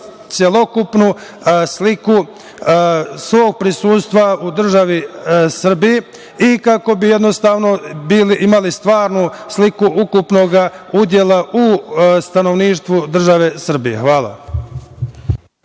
celokupnu sliku svog prisustva u državi Srbiji i kako bi jednostavno imali stvarnu sliku ukupnog udela u stanovništvu države Srbije. Hvala.